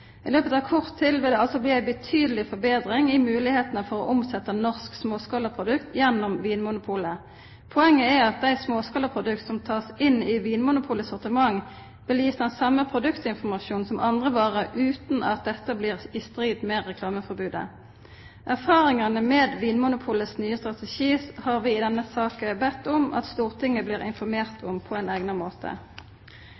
I løpet av kort tid vil det altså bli en betydelig forbedring i mulighetene for å omsette norske småskalaprodukter gjennom Vinmonopolet. Poenget er at de småskalaproduktene som tas inn i Vinmonopolets sortiment, vil gis den samme produktinformasjon som andre varer uten at dette blir i strid med reklameforbudet. Erfaringene med Vinmonopolets nye strategi har vi i denne saken bedt om at Stortinget blir informert